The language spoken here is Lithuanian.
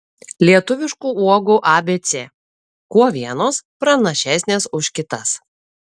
lietuviškų uogų abc kuo vienos pranašesnės už kitas